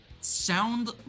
sound